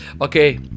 Okay